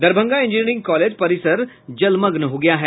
Darbhanga engineering college परिसर जलमग्न हो गया है